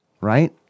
right